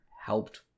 helped